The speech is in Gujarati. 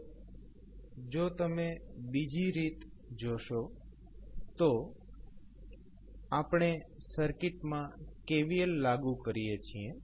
હવે જો તમે બીજી રીત જોશો તો આપણે સર્કિટમાં KVL લાગુ કરીએ છીએ